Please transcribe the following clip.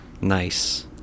Nice